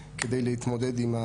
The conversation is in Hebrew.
לא הובא לידיעתי לפני זה,